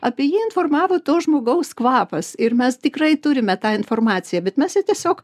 apie jį informavo to žmogaus kvapas ir mes tikrai turime tą informaciją bet mes ją tiesiog